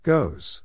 Goes